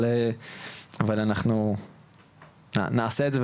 אבל אנחנו נעשה את זה,